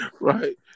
Right